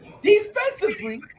defensively